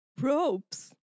ropes